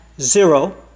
Zero